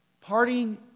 parting